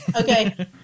Okay